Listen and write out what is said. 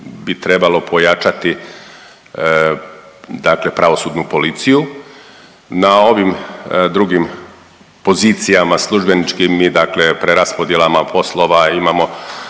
bi trebalo pojačati dakle pravosudnu policiju. Na ovim drugim pozicijama službeničkim i dakle preraspodjelama poslova imamo